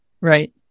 Right